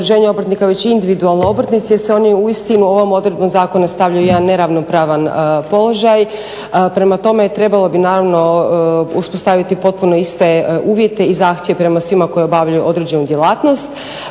se oni uistinu ovom odredbom zakona stavljaju u jedan neravnopravan položaj. Prema tome, trebalo bi naravno uspostaviti potpuno iste uvjete i zahtjeve prema svima koji obavljaju određenu djelatnost.